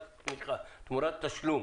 תמיכה ותשלום,